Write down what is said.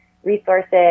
Resources